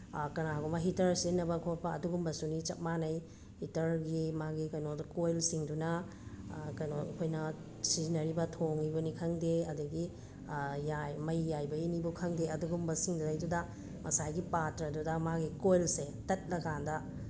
ꯀꯥꯅꯒꯨꯝꯕ ꯍꯤꯇꯔ ꯁꯤꯖꯤꯟꯅꯕ ꯈꯣꯠꯄ ꯑꯗꯨꯝꯕꯁꯨꯅꯤ ꯆꯞ ꯃꯥꯟꯅꯩ ꯍꯤꯇꯔꯒꯤ ꯃꯥꯒꯤ ꯀꯩꯅꯣꯗꯣ ꯀꯣꯏꯜ ꯁꯤꯡꯗꯨꯅ ꯀꯩꯅꯣ ꯑꯩꯈꯣꯏꯅ ꯁꯤꯖꯤꯟꯅꯔꯤꯕ ꯊꯣꯡꯉꯤꯕꯅꯤ ꯈꯪꯗꯦ ꯑꯗꯒꯤ ꯃꯩ ꯌꯥꯏꯕꯒꯤꯅꯤꯕꯨ ꯈꯪꯗꯦ ꯑꯗꯨꯒꯨꯝꯕ ꯁꯤꯡꯗꯨꯗꯒꯤꯗꯨꯗ ꯉꯁꯥꯏꯒꯤ ꯄꯥꯇ꯭ꯔꯗꯨꯗ ꯃꯥꯒꯤ ꯀꯣꯏꯜꯁꯦ ꯇꯠꯂ ꯀꯥꯟꯗ